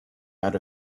out